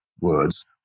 words